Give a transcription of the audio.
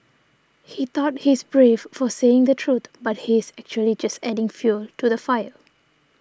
he thought he's brave for saying the truth but he's actually just adding fuel to the fire